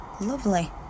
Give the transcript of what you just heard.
lovely